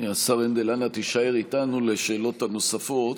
השר הנדל, אנא תישאר איתנו לשאלות הנוספות.